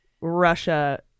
Russia